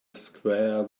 square